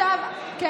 מאי, הולכים להצביע.